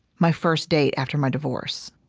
my first date after my divorce,